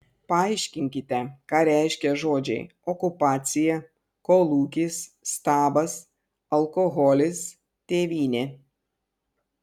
paaiškinkite ką reiškia žodžiai okupacija kolūkis stabas alkoholis tėvynė